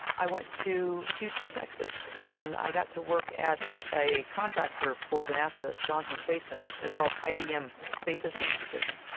i went to houston, texas, and i got to work at a contractor for the nasa johnson space center. there's called ibm space systems division.